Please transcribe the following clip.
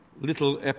little